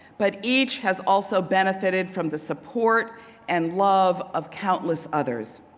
but each has also benefited from the support and love of countless others.